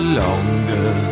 longer